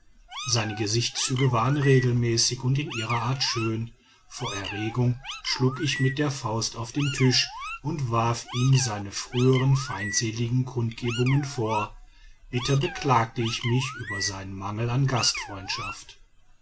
seine gesichtszüge waren regelmäßig und in ihrer art schön vor erregung schlug ich mit der faust auf den tisch und warf ihm seine frühern feindseligen kundgebungen vor bitter beklagte ich mich über seinen mangel an gastfreundschaft